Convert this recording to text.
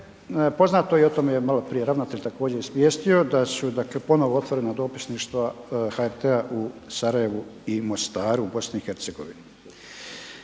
Poznato je i o tome, maloprije je ravnatelj također izvijestio da su ponovno otvorena dopisništva HRT-a u Sarajevu i Mostaru u BiH.